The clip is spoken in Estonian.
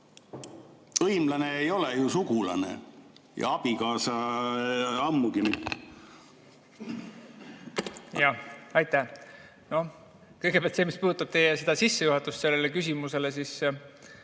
Hõimlane ei ole ju sugulane, ja abikaasa ammugi mitte. Aitäh! Kõigepealt, mis puudutab teie sissejuhatust sellele küsimusele, siis